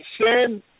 sin